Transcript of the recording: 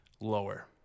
lower